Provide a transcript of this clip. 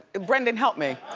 brendan, help me.